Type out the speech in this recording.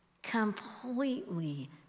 completely